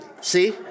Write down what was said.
see